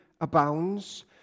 abounds